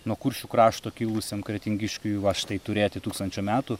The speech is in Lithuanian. nuo kuršių krašto kilusiam kretingiškiui va štai turėti tūkstančio metų